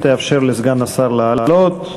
תאפשר לסגן השר לעלות,